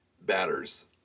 batters